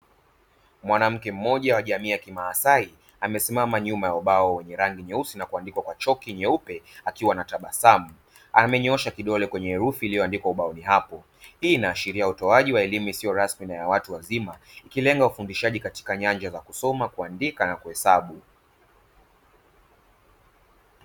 Mwanamke mmoja wa jamii ya kimaasai amesimama nyuma ya ubao wenye rangi nyeusi na kuandika kwa chaki nyeupe akiwa na tabasamu, amenyoosha kidole kwenye herufi ubaoni apo, hii inaashiria utoaji wa elimu isiyo rasmi na ya watu wazima, ikilenga ufundishaji katika nyanja za kusoma, kuandika na kuhesabu.